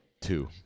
two